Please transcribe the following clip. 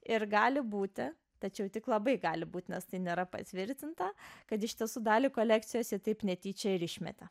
ir gali būti tačiau tik labai gali būti nes tai nėra patvirtinta kad iš tiesų dalį kolekcijos taip netyčia ir išmetė